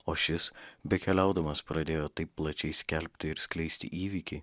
o šis bekeliaudamas pradėjo taip plačiai skelbti ir skleisti įvykį